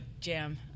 jam